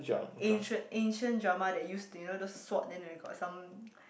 ancient ancient drama that used you know those sword then they got some